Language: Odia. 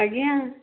ଆଜ୍ଞା